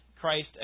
Christ